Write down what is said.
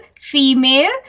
female